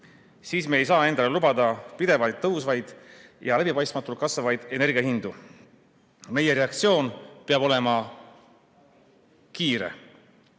siis me ei saa endale lubada pidevalt tõusvaid ja läbipaistmatult kasvavaid energiahindu. Meie reaktsioon peab olema kiire.